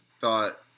thought